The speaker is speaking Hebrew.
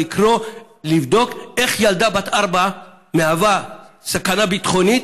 לקרוא ולבדוק איך ילדה בת ארבע מהווה סכנה ביטחונית,